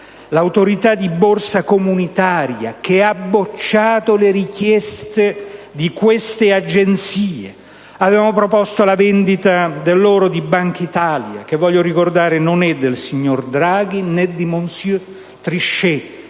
l'autorità di borsa comunitaria che ha bocciato le richieste di queste agenzie. Avevamo proposto la vendita dell'oro di Bankitalia (che - voglio ricordare - non è del signor Draghi, né di *monsieur* Trichet,